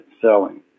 selling